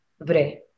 Vrai